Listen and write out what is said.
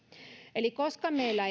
eli koska meillä